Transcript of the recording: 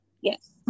yes